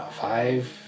five